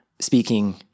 speaking